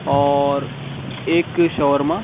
اور ایک شاورما